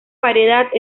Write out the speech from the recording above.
variedad